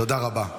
תודה רבה.